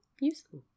Useful